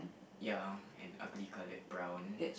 ya and ugly colored brown